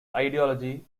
ideology